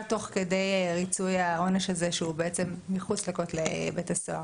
תוך כדי ריצוי העונש הזה שהוא בעצם מחוץ לכתלי בית הסוהר.